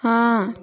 ହଁ